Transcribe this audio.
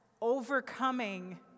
overcoming